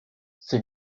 ses